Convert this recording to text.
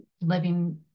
living